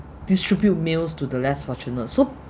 distribute meals to the less fortunate so